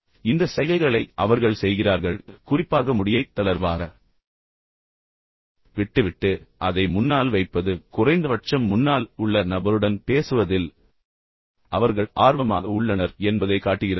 எனவே இந்த சைகைகளை அவர்கள் செய்கிறார்கள் குறிப்பாக முடியை தளர்வாக விட்டுவிட்டு அதை முன்னால் வைப்பது அவர்கள் பொதுவாக கூறுகிறார்கள் குறைந்தபட்சம் முன்னால் உள்ள நபருடன் பேசுவதில் அவர்கள் ஆர்வமாக உள்ளனர் என்பதைக் காட்டுகிறது